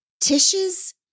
Tish's